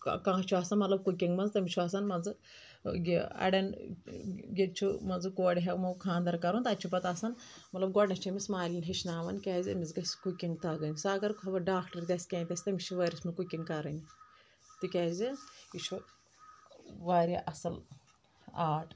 کا کانٛہہ چھُ آسان مطلب کُکِنٛگ منٛز تٔمِس چھُ آسان مان ژٕ یہِ اڑٮ۪ن ییٚتہِ چھُ مان ژٕ کورٮ۪ن ہٮ۪مو خانٛدر کَرُن تتہِ چھُ پتہٕ آسان مطلب گۅڈٕنٮ۪تھ چھِ أمِس مالِنۍ ہیٚچھناوَن کیٛازِ أمِس گَژھِ کُکِنٛگ تگٕنۍ سُہ اَگر خبر ڈاکٹر تہِ آسہِ کیٚنٛہہ تہِ آسہِ تٔمِس چھِ وٲروِس منٛز کُکِنٛگ کَرٕنۍ تِکیٛازِ یہِ چھُ واریاہ اَصٕل آرٹ